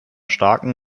starken